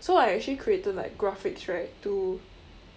so I actually created like graphics right to